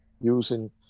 using